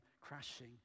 crashing